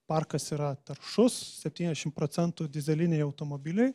parkas yra taršus septyniasdešimt procentų dyzeliniai automobiliai